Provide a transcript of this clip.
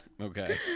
Okay